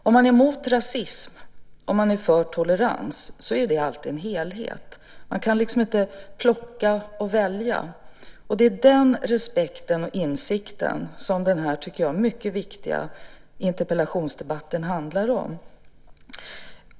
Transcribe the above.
Om man är emot rasism och för tolerans så är det alltid en helhet. Man kan inte plocka och välja. Det är den respekten och insikten som den här mycket viktiga interpellationsdebatten handlar om.